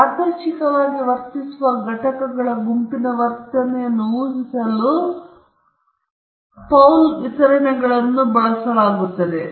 ಯಾದೃಚ್ಛಿಕವಾಗಿ ವರ್ತಿಸುವ ಘಟಕಗಳ ಗುಂಪಿನ ವರ್ತನೆಯನ್ನು ಊಹಿಸಲು ಪೌಲ್ ವಿತರಣೆಗಳನ್ನು ಬಳಸಲಾಗುತ್ತದೆ